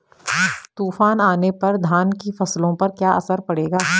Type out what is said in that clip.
तूफान आने पर धान की फसलों पर क्या असर पड़ेगा?